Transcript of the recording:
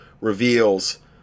reveals